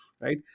right